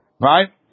Right